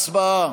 הצבעה.